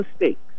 mistakes